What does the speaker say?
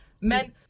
men